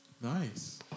Nice